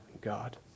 God